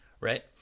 right